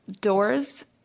doors